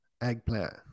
eggplant